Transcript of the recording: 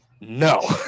No